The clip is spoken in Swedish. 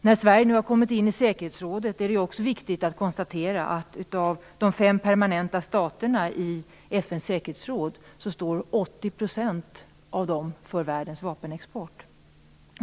När Sverige nu har kommit in i säkerhetsrådet är det också viktigt att konstatera att 80 % av de fem permanenta staterna i FN:s säkerhetsråd står för världens vapenexport.